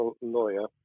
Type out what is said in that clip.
lawyer